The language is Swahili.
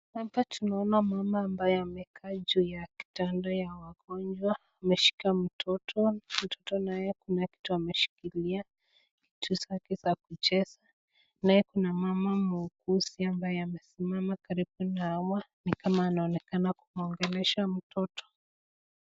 Hapa tunaona mama ambaye amekaa juu ya kitanda ya wagonjwa ameshika mtoto. Mtoto naye kuna kitu ameshikilia, vitu vyake vya kucheza naye kuna mama muuguzi ambaye amesimama karibu na hawa ni kama anaonekana kumuongelesha mtoto.